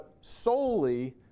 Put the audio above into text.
solely